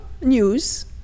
news